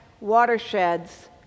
watersheds